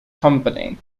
company